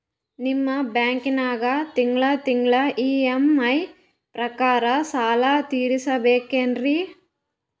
ನಿಮ್ಮ ಬ್ಯಾಂಕನಾಗ ತಿಂಗಳ ತಿಂಗಳ ಇ.ಎಂ.ಐ ಪ್ರಕಾರನ ಸಾಲ ತೀರಿಸಬೇಕೆನ್ರೀ?